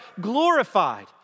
glorified